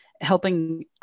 helping